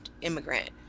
immigrant